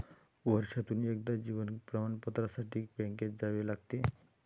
वर्षातून एकदा जीवन प्रमाणपत्रासाठी बँकेत जावे लागते